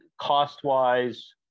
cost-wise